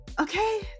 Okay